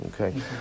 okay